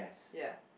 ya